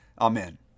Amen